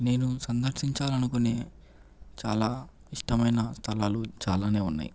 నేను సందర్శించాలనుకునే చాలా ఇష్టమైన స్థలాలు చాలానే ఉన్నాయి